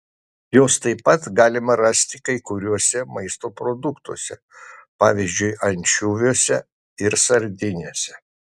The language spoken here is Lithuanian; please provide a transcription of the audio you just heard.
jos taip pat galima rasti kai kuriuose maisto produktuose pavyzdžiui ančiuviuose ir sardinėse